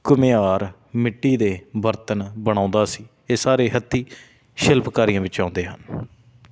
ਘੁਮਿਆਰ ਮਿੱਟੀ ਦੇ ਬਰਤਨ ਬਣਾਉਂਦਾ ਸੀ ਇਹ ਸਾਰੇ ਹੱਥੀਂ ਸ਼ਿਲਪਕਾਰੀਆਂ ਵਿੱਚ ਆਉਂਦੇ ਹਨ